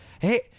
Hey